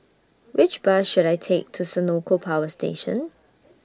Which Bus should I Take to Senoko Power Station